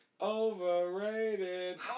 Overrated